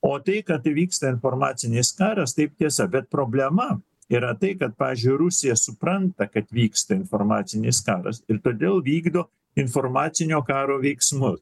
o tai kad vyksta informacinis karas taip tiesa bet problema yra tai kad pavyzdžiui rusija supranta kad vyksta informacinis karas ir todėl vykdo informacinio karo veiksmus